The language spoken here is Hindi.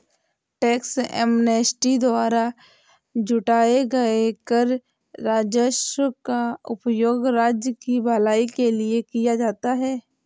टैक्स एमनेस्टी द्वारा जुटाए गए कर राजस्व का उपयोग राज्य की भलाई के लिए किया जाता है